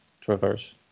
Traverse